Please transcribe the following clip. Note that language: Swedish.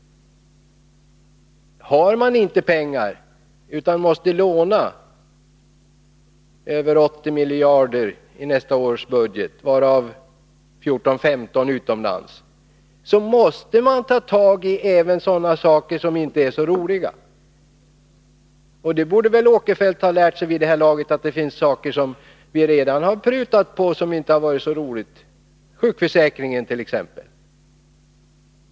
Om vi inte har pengar utan måste låna — över 80 miljarder i nästa års budget, varav 14—15 miljarder utomlands — måste vi ta tag även i sådana saker som inte är så roliga. Vid det här laget borde Sven Eric Åkerfeldt ha lärt sig att vi redan har genomfört prutningar som inte har varit så roliga. Ta t.ex. sjukförsäkringen!